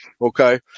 Okay